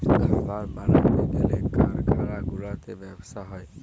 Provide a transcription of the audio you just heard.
খাবার বালাতে গ্যালে কারখালা গুলাতে ব্যবসা হ্যয়